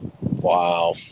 Wow